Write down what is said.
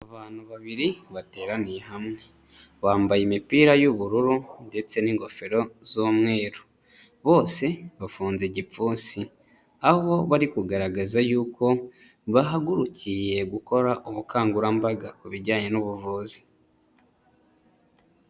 Abantu babiri bateraniye hamwe bambaye imipira y'ubururu ndetse n'ingofero z'umweru, bose bafunze igipfunsi aho bari kugaragaza yuko bahagurukiye gukora ubukangurambaga ku bijyanye n'ubuvuzi.